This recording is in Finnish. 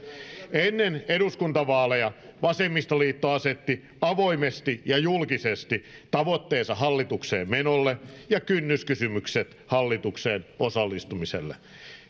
ennen eduskuntavaaleja vasemmistoliitto asetti avoimesti ja julkisesti tavoitteensa hallitukseen menolle ja kynnyskysymykset hallitukseen osallistumiselle